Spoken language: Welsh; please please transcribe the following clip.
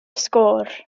sgôr